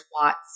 Watts